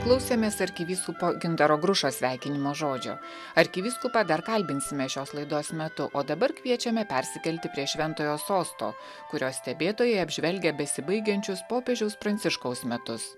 klausėmės arkivyskupo gintaro grušo sveikinimo žodžio arkivyskupą dar kalbinsime šios laidos metu o dabar kviečiame persikelti prie šventojo sosto kurio stebėtojai apžvelgia besibaigiančius popiežiaus pranciškaus metus